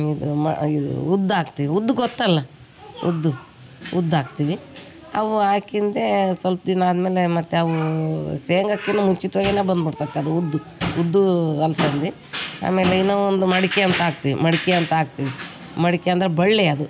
ಇದು ಮ ಇದು ಉದ್ದು ಹಾಕ್ತಿವ್ ಉದ್ದು ಗೊತ್ತಲ್ಲ ಉದ್ದು ಉದ್ದು ಹಾಕ್ತಿವಿ ಅವು ಹಾಕಿಂದೆ ಸ್ವಲ್ಪ್ ದಿನ ಆದಮೇಲೆ ಮತ್ತು ಅವು ಶೇಂಗಕಿನ್ನ ಮುಂಚಿತ್ವಾಗಿ ಬಂದುಬಿಡ್ತೈತೆ ಅದು ಉದ್ದು ಉದ್ದೂ ಅಲಸಂದೆ ಆಮೇಲೆ ಇನ್ನು ಒಂದು ಮಡಕೆ ಅಂತ ಹಾಕ್ತಿವ್ ಮಡಕೆ ಅಂತ ಹಾಕ್ತಿವಿ ಮಡಕೆ ಅಂದ್ರೆ ಬಳ್ಳಿ ಅದು